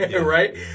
Right